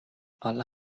alla